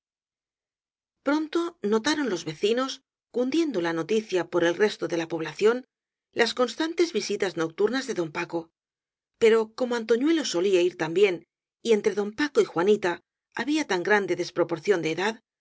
pronto notaron todos los vecinos cundiendo la noticia por el resto de la población las constantes visitas nocturnas de don paco pero como antoñuelo solía ir también y entre don i ico y juanita había tan grande desproporción de edad